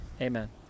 amen